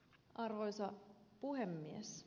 arvoisa puhemies